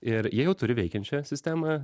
ir jie jau turi veikiančią sistemą